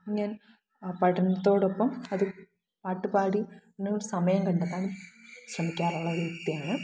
ഞാൻ ആ പഠനത്തോടൊപ്പം അത് പാട്ടുപാടി നും സമയം കണ്ടെത്താൻ ശ്രമിക്കാറുള്ള ഒരു വ്യക്തിയാണ്